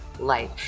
life